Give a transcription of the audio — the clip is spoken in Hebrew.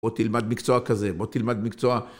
בוא תלמד מקצוע כזה, בוא תלמד מקצוע.